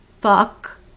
fuck